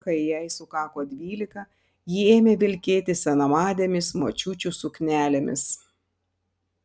kai jai sukako dvylika ji ėmė vilkėti senamadėmis močiučių suknelėmis